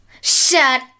Shut